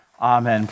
Amen